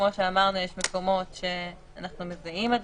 כמו שאמרנו, יש מקומות שאנחנו מזהים הדבקה.